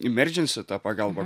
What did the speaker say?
imerdžensi ta pagalba